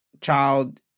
child